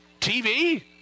TV